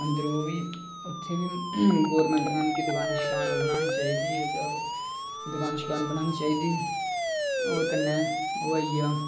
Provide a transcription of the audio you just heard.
ते उत्त बी गौरमेंट नै दुकान बनाना चाहिदी होर दुकान बनाना चाहिदी होर कन्नै ओह् आई गेआ